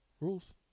Rules